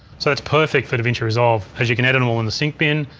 so it's perfect for davinci resolve cause you can edit them all in the sync bin,